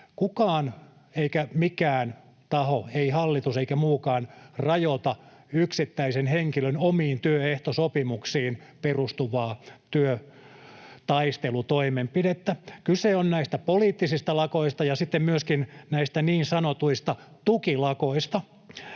kukaan eikä mikään taho, ei hallitus eikä muukaan, rajoita yksittäisen henkilön omiin työehtosopimuksiinsa perustuvaa työtaistelutoimenpidettä. Kyse on näistä poliittisista lakoista ja sitten myöskin niin sanotuista tukilakoista.